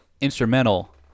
instrumental